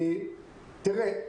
תראה,